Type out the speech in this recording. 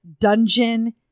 dungeon